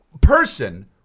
person